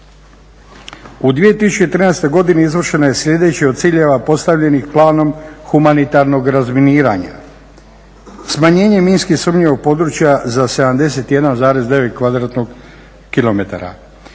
U 2013. godini izvršena je sljedeća od ciljeva postavljenih planom humanitarnog razminiranja. Smanjenje minski sumnjivog područja za 71,9